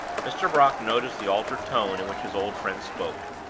mr. brock noticed the altered tone in which his old friend spoke,